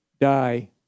die